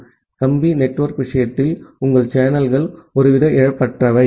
ஆகவே கம்பி நெட்வொர்க் விஷயத்தில் உங்கள் சேனல்கள் ஒருவித இழப்பற்றவை